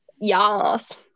Yes